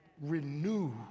renew